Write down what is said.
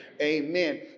Amen